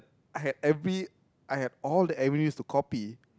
I had every I have all the to copy